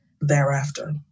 thereafter